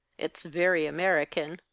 it's very american.